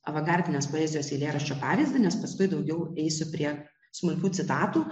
avangardinės poezijos eilėraščio pavyzdį nes paskui daugiau eisiu prie smulkių citatų